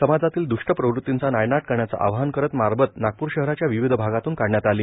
समाजातील दुष्ट प्रवृत्तींचा नायनाट करण्याचं आवाहन करत मारबत नागपूर शहराच्या विविध भागातून काढण्यात आली